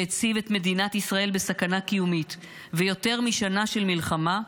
שהציב את מדינת ישראל בסכנה קיומית ויותר משנה של מלחמה,